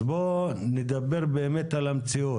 אז בוא נדבר על המציאות